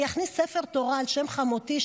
אני אכניס ספר תורה על שם חמותי,